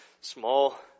small